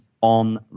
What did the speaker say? on